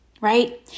right